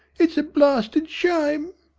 it is a blasted shame